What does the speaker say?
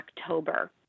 October